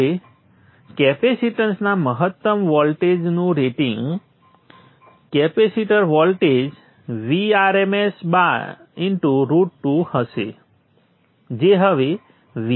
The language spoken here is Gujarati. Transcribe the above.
હવે કેપેસિટરના મહત્તમ વોલ્ટેજનું રેટિંગ કેપેસિટર વોલ્ટેજ Vrms √2 હશે જે હવે Vm છે